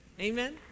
Amen